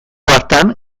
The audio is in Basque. hartan